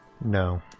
No